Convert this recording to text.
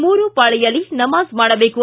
ಮೂರು ಪಾಳಿಯಲ್ಲಿ ನಮಾಜ್ ಮಾಡಬೇಕು